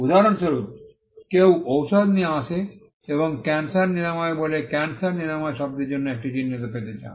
উদাহরণস্বরূপ কেউ ঔষধ নিয়ে আসে এবং একে ক্যান্সার নিরাময় বলে এবং ক্যান্সার নিরাময় শব্দের জন্য একটি চিহ্ন পেতে চায়